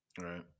Right